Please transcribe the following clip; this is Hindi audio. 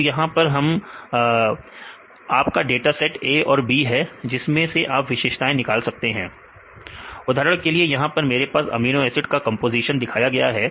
तो यहां पर यह आपका डाटा सेट A और B है जिसमें से आप विशेषताएं निकाल सकते हैं उदाहरण के लिए यहां पर मेरे को अमीनो एसिड का कंपोजीशन दिखाया है